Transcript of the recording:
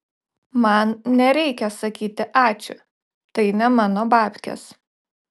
man nereikia sakyti ačiū tai ne mano babkės